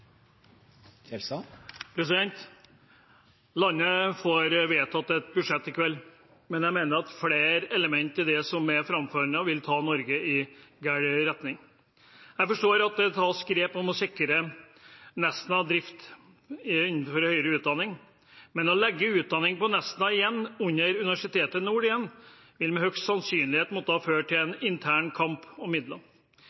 Landet får vedtatt et budsjett i kveld, men jeg mener at flere element i det som er framforhandlet, vil ta Norge i gal retning. Jeg forstår at det tas grep for å sikre Nesna drift innenfor høyere utdanning, men å legge utdanning på Nesna igjen, under Nord universitet, vil med høy sannsynlighet måtte føre til en